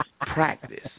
practice